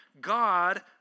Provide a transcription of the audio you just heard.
God